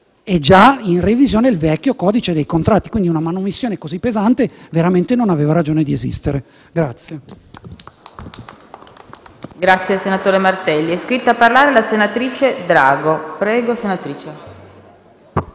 è già in revisione il vecchio codice dei contratti, per cui una manomissione così pesante non aveva veramente ragione di esistere. Grazie.